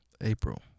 April